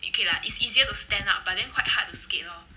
okay lah it's easier to stand up but then quite hard to skate lor